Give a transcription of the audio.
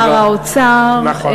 וכמובן שר האוצר, נכון.